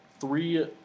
three